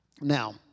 Now